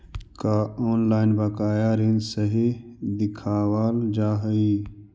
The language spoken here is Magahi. का ऑनलाइन बकाया ऋण सही दिखावाल जा हई